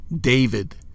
David